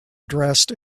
dressed